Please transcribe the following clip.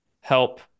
Help